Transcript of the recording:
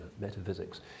metaphysics